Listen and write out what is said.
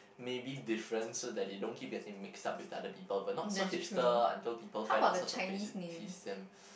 maybe different so that they don't get their names mixed up with other people but not so Hypester until people finds lots of ways to tease them